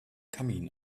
kamin